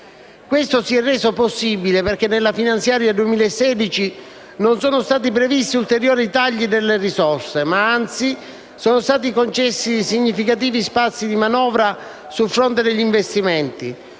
Questo si è reso possibile perché nella finanziaria 2016 non sono stati previsti ulteriori tagli alle risorse, ma anzi sono stati concessi significativi spazi di manovra sul fronte degli investimenti,